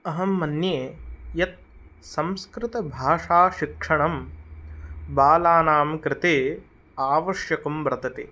अहं मन्ये यत् संस्कृतभाषाशिक्षणं बालानां कृते आवश्यकं वर्तते